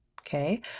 okay